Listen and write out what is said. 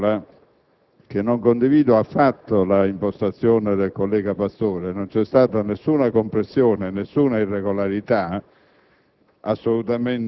a verbale che non condivido affatto l'impostazione del collega Pastore. Non c'è stata alcuna compressione, alcuna irregolarità,